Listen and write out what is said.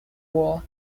war